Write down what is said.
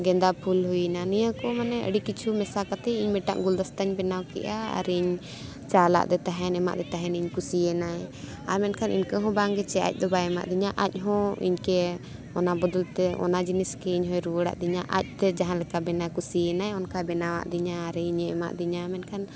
ᱜᱮᱸᱫᱟ ᱯᱷᱩᱞ ᱦᱩᱭᱱᱟ ᱱᱤᱭᱟᱹ ᱠᱚ ᱢᱟᱱᱮ ᱟᱹᱰᱤ ᱠᱤᱪᱷᱩ ᱢᱮᱥᱟ ᱠᱟᱛᱮᱫ ᱤᱧ ᱢᱤᱫᱴᱟᱝ ᱜᱩᱞᱫᱚᱥᱛᱟᱧ ᱵᱮᱱᱟᱣ ᱠᱮᱜᱼᱟ ᱟᱨᱤᱧ ᱪᱟᱞᱟᱫᱮ ᱛᱟᱦᱮᱸᱫ ᱮᱢᱟᱫᱮ ᱛᱟᱦᱮᱸᱫ ᱤᱧ ᱠᱩᱥᱤᱭᱮᱱᱟᱭ ᱟᱨ ᱢᱮᱱᱠᱷᱟᱱ ᱤᱱᱠᱟᱹ ᱦᱚᱸ ᱵᱟᱝ ᱜᱮ ᱥᱮ ᱟᱡᱫᱚ ᱵᱟᱭ ᱮᱢᱟ ᱫᱤᱧᱟᱹ ᱟᱡᱦᱚᱸ ᱤᱧᱠᱮ ᱚᱱᱟ ᱵᱚᱫᱚᱞ ᱛᱮ ᱚᱱᱟ ᱡᱤᱱᱤᱥ ᱜᱮ ᱤᱧ ᱦᱚᱸᱭ ᱨᱩᱣᱟᱹᱲᱟ ᱫᱤᱧᱟᱹ ᱟᱡᱛᱮ ᱡᱟᱦᱟᱸ ᱞᱮᱠᱟ ᱵᱮᱱᱟᱣ ᱠᱩᱥᱤᱭᱟᱱᱟᱭ ᱚᱱᱠᱟ ᱵᱮᱱᱟᱣᱟᱫᱤᱧᱟᱹ ᱟᱨ ᱤᱧᱮ ᱮᱢᱟᱫᱤᱧᱟᱹ ᱢᱮᱱᱠᱷᱟᱱ